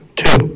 two